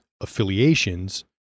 affiliations